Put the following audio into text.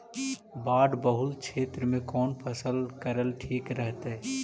बाढ़ बहुल क्षेत्र में कौन फसल करल ठीक रहतइ?